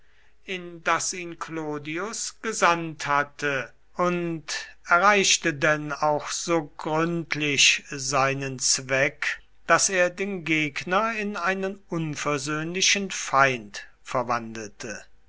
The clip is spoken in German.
in das ihn clodius gesandt hatte und erreichte denn auch so gründlich seinen zweck daß er den gegner in einen unversöhnlichen feind verwandelte